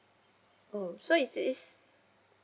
oh so is it